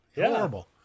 Horrible